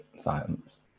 silence